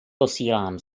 posílám